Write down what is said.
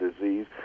disease